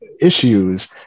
issues